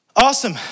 Awesome